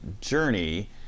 journey